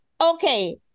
Okay